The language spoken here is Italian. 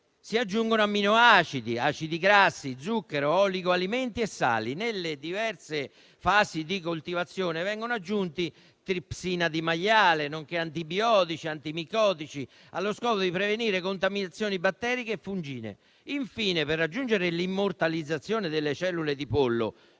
si aggiungono amminoacidi, acidi grassi, zucchero, oligoalimenti e sali. Nelle diverse fasi di coltivazione, vengono aggiunti tripsina di maiale, nonché antibiotici e antimicotici, allo scopo di prevenire contaminazioni batteriche e fungine. Infine, per raggiungere l'immortalizzazione delle cellule di pollo